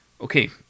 okay